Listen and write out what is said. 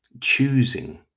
choosing